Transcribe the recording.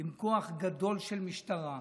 עם כוח גדול של משטרה,